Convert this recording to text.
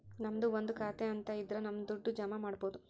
ನಮ್ದು ಒಂದು ಖಾತೆ ಅಂತ ಇದ್ರ ನಮ್ ದುಡ್ಡು ಜಮ ಮಾಡ್ಬೋದು